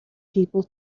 people